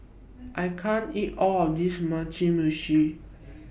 I can't eat All of This Mugi Meshi